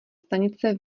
stanice